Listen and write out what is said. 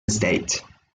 estate